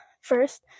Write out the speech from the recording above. first